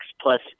plus